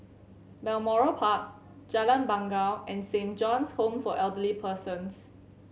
Balmoral Park Jalan Bangau and Saint John's Home for Elderly Persons